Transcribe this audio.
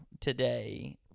today